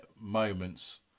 Moments